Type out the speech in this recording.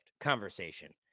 conversation